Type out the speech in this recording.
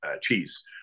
cheese